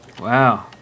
Wow